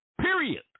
period